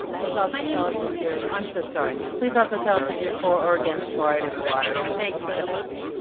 please also tell us if you're. i'm so sorry, please also tell us if you're for oregon's fluoridate in the water. thank you so much.